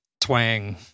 twang